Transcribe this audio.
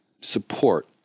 support